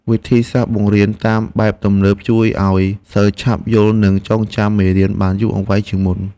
វិធីសាស្ត្របង្រៀនតាមបែបទំនើបជួយឱ្យសិស្សឆាប់យល់និងចងចាំមេរៀនបានយូរអង្វែងជាងមុន។